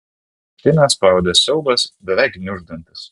krūtinę spaudė siaubas beveik gniuždantis